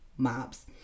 mobs